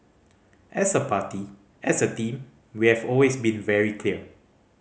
as a party as a team we have always been very clear